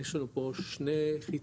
יש לנו פה שני קווים,